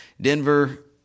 Denver